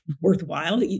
worthwhile